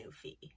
fee